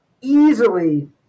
easily